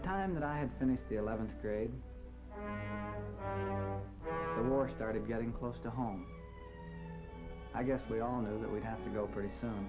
the time that i had finished the eleventh grade or started getting close to home i guess we all know that we have to go pretty soon